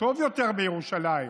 לחיות טוב יותר בירושלים,